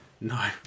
No